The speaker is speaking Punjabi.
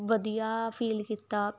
ਵਧੀਆ ਫੀਲ ਕੀਤਾ ਸਪੇਸ ਵਾਲੀ